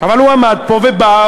אבל הוא בא ועמד פה.